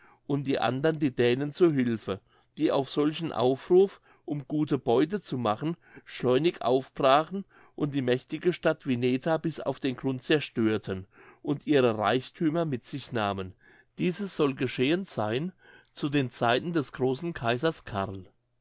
und die andern die dänen zu hülfe die auf solchen aufruf um gute beute zu machen schleunig aufbrachen und die mächtige stadt wineta bis auf den grund zerstörten und ihre reichthümer mit sich nahmen dieses soll geschehen sein zu den zeiten des großen kaisers karl